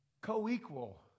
co-equal